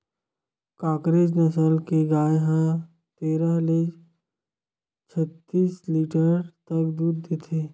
कांकरेज नसल के गाय ह तेरह ले छत्तीस लीटर तक दूद देथे